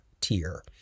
tier